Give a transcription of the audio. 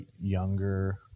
younger